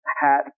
Hat